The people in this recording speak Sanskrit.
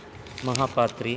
महापात्रि